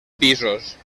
pisos